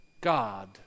God